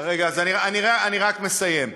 רגע, אני רק מסיים.